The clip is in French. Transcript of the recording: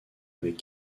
avec